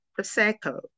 Prosecco